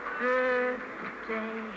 birthday